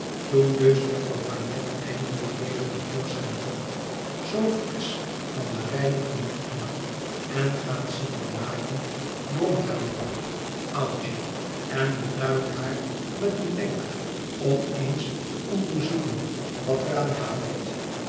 toen dus jufvrouw bagnet eindelijk weder te voorschijn komt zoo frisch van den reinigenden emmer en gaat zitten naaien bromt baar man oudje en beduidt haar met een wenk om eens te onderzoeken wat er aan hapert